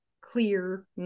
clear